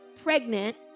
pregnant